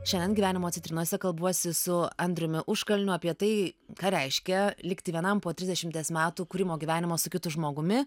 šiandien gyvenimo citrinose kalbuosi su andriumi užkalniu apie tai ką reiškia likti vienam po trisdešimties metų kūrimo gyvenimo su kitu žmogumi